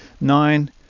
nine